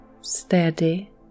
steady